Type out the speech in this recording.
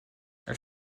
elle